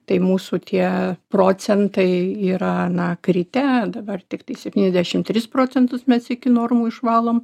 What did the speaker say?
tai mūsų tie procentai yra na kritę dabar tiktai septyniasdešim tris procentus mes iki normų išvalom